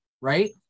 Right